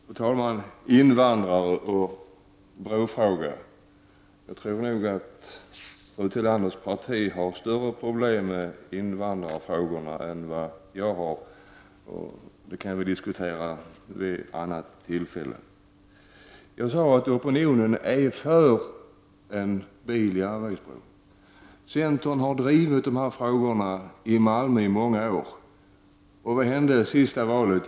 Fru talman! Ulla Tillander talar om invandrare och brofrågor. Jag tror nog att fru Tillanders eget parti har större problem med invandrarfrågorna än vad jag har. Det kan vi ju diskutera vid ett annat tillfälle. Jag sade att opinionen är för en biloch järnvägsbro. Centern har drivit de här frågorna i Malmö under många år. Och vad hände vid det senaste valet?